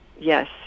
yes